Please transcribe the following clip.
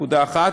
נקודה אחת.